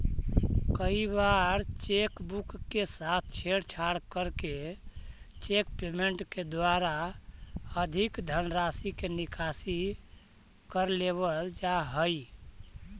कई बार cheque book के साथ छेड़छाड़ करके चेक पेमेंट के द्वारा अधिक धनराशि के निकासी कर लेवल जा हइ